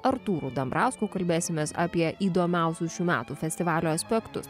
artūru dambrausku kalbėsimės apie įdomiausius šių metų festivalio aspektus